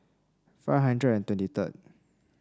five hundred and twenty third